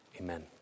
Amen